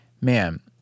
man